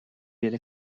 delle